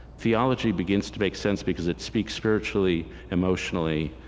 theology begins to make sense because it speaks spiritually, emotionally,